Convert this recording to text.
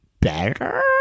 better